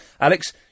Alex